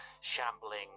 shambling